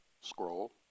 Scroll